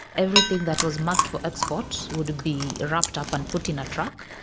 everything that was marked for export would be wrapped up and put in a truck,